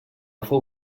fou